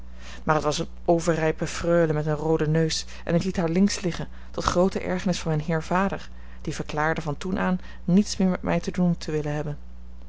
maar het was eene overrijpe freule met een rooden neus en ik liet haar links liggen tot groote ergernis van mijn heer vader die verklaarde van toen aan niets meer met mij te doen te willen hebben